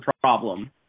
problem